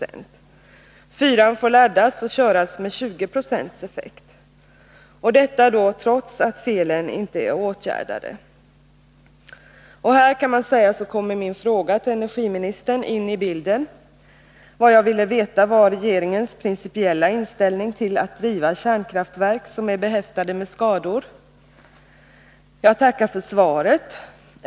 Ringhals 4 får laddas och köras med 20 96 effekt — detta trots att felen inte är åtgärdade. Det är här min fråga till energiministern kommer in i bilden. Vad jag ville veta var regeringens principiella inställning till att driva kärnkraftverk som är behäftade med skador. Jag tackar för svaret.